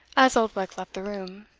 as oldbuck left the room.